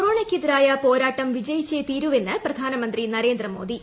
കൊറോണയ്ക്ക്തിരായ പോരാട്ടം വിജയിച്ചേ തീരുവെന്ന് പ്രധാനമന്ത്രി നരേന്ദ്രമോദി